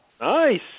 nice